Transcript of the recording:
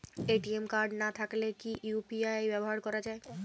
ATM card না থাকলে কি ইউ.পি.আই ব্যবহার করা য়ায়?